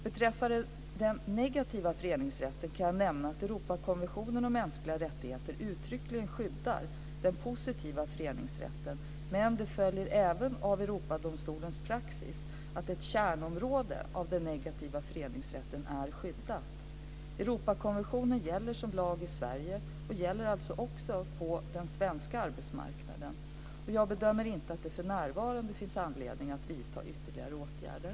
Beträffande den negativa föreningsrätten kan jag nämna att Europakonventionen om mänskliga rättigheter uttryckligen skyddar den positiva föreningsrätten, men det följer även av Europadomstolens praxis att ett kärnområde av den negativa föreningsrätten är skyddat. Europakonventionen gäller som lag i Sverige och gäller alltså också på den svenska arbetsmarknaden. Jag bedömer inte att det för närvarande finns anledning att vidta ytterligare åtgärder.